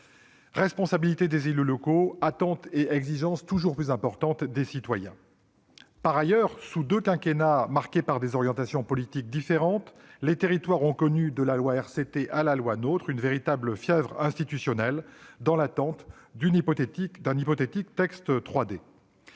responsabilité des élus locaux, attentes et exigences toujours plus grandes des citoyens. Par ailleurs, sous deux quinquennats marqués par des orientations politiques différentes, les territoires ont connu, de la loi RCT à la loi NOTRe, une véritable fièvre institutionnelle, dans l'attente d'un hypothétique texte 3D.